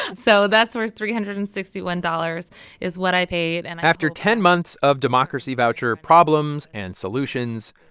ah so that's where three hundred and sixty one dollars is what i paid and after ten months of democracy voucher problems and solutions,